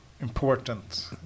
important